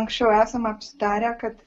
anksčiau esame apsitarę kad